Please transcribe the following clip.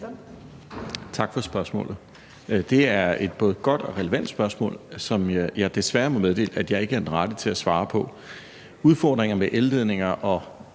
Tak for spørgsmålet. Det er et både godt og relevant spørgsmål, som jeg desværre må meddele at jeg ikke er den rette til at svare på. Udfordringer med elledninger,